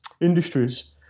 industries